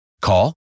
Call